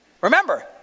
Remember